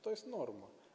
To jest norma.